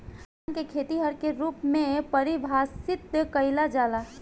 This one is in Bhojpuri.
किसान के खेतिहर के रूप में परिभासित कईला जाला